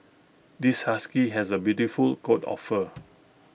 this husky has A beautiful coat of fur